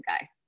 guy